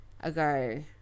ago